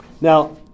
Now